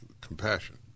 compassion